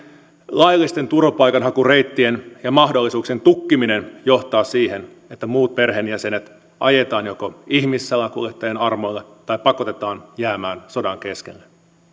laillisten turvapaikanhakureittien ja mahdollisuuksien tukkiminen johtaa siihen että muut perheenjäsenet joko ajetaan ihmissalakuljettajien armoille tai pakotetaan jäämään sodan keskelle